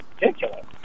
ridiculous